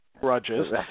grudges